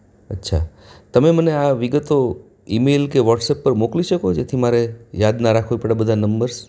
અચ્છા તમે મને આ વિગતો ઈમેલ કે વૉટ્સઅપ પર મોકલી શકો જેથી મારે યાદ ના રાખવી પડે બધા નંબર્સ